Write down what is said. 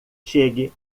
chegue